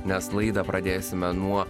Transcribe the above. nes laidą pradėsime nuo